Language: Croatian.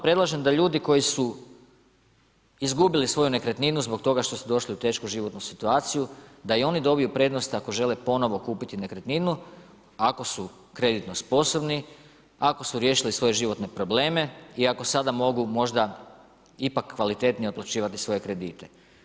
Predlažem da ljudi koji su izgubili svoju nekretninu zbog toga što su došli u tešku životnu situaciju, da i oni dobiju prednost, ako žele ponovno kupiti nekretninu, ako su kreditno sposobni, ako su riješili svoje životne probleme i ako sada mogu možda ipak kvalitetnije otplaćivati svoje kredite.